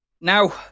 Now